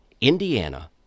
Indiana